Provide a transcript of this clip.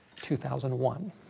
2001